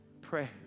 Pray